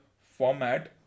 format